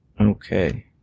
Okay